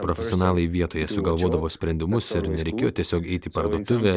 profesionalai vietoje sugalvodavo sprendimus ir nereikėjo tiesiog eiti į parduotuvę